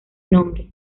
nombre